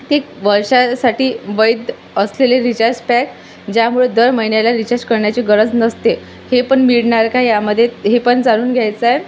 ते वर्षासाठी वैध असलेले रिचार्ज पॅक ज्यामुळं दर महिन्याला रिचार्ज करण्याची गरज नसते हे पण मिळणार का यामध्ये हे पण जाणून घ्यायचं आहे